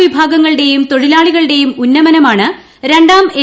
പിന്നാക്ക വിഭാഗങ്ങളുടേയും തൊഴിലാളികളുടേയും ഉന്നമനമാണ് രണ്ടാം എൻ